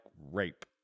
rape